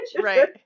right